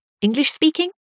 English-speaking